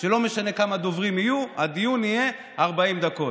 אינה עומדת מול זכות